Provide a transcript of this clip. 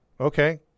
Okay